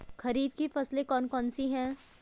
खरीफ की फसलें कौन कौन सी हैं?